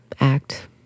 Act